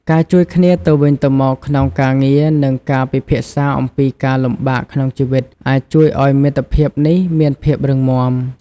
ការជួយគ្នាទៅវិញទៅមកក្នុងការងារ និងការពិភាក្សាអំពីការលំបាកក្នុងជីវិតអាចជួយឲ្យមិត្តភាពនេះមានភាពរឹងមាំ។